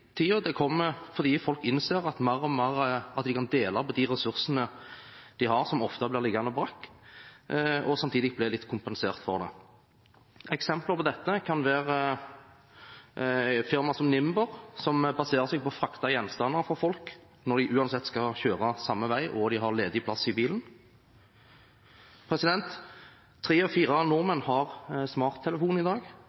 Det er kommet fordi folk mer og mer innser at de kan dele på de ressursene de har som ofte blir liggende brakk, og samtidig bli litt kompensert for det. Eksempler på dette kan være firma som Nimber, som baserer seg på å frakte gjenstander for folk, når de uansett skal kjøre samme vei og de har ledig plass i bilen. Tre av